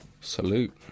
Salute